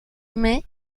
mai